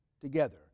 together